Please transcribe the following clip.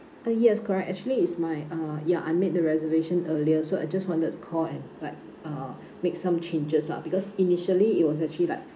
ah yes correct actually is my uh ya I made the reservation earlier so I just wanted to call and like uh make some changes lah because initially it was actually like